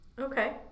Okay